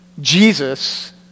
Jesus